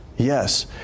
Yes